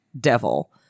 devil